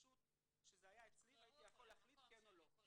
זה לא ככה,